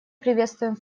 приветствуем